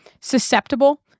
susceptible